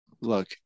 look